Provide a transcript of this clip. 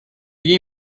you